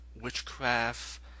witchcraft